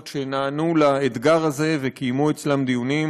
שנענו לאתגר הזה וקיימו אצלם דיונים.